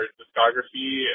discography